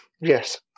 Yes